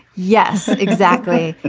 yes, exactly.